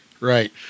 Right